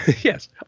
yes